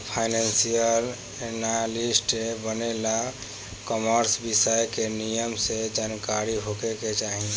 financial analyst बने ला commerce विषय के निमन से जानकारी होखे के चाही